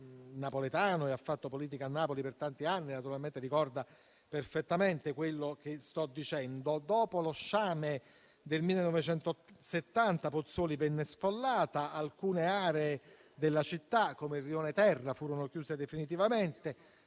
napoletano e ha fatto politica a Napoli per tanti anni naturalmente ricorda perfettamente quello che sto dicendo. Dopo lo sciame del 1970, Pozzuoli venne sfollata, alcune aree della città come il rione Terra furono chiuse definitivamente.